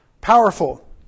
Powerful